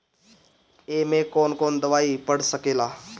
ए में कौन कौन दवाई पढ़ सके ला?